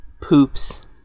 poops